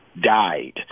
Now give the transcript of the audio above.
died